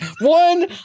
one